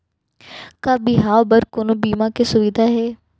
का बिहाव बर कोनो बीमा के सुविधा हे?